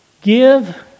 Give